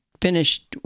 finished